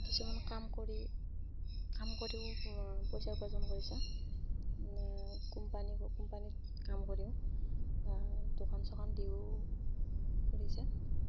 কিছুমান কাম কৰি কাম কৰিও পইচা উপাৰ্জন কৰিছে কোম্পানী কোম্পানীত কাম কৰিও দোকান চোকান দিও কৰিছে